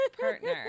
partner